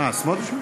אדוני היושב-ראש,